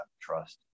trust